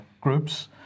groups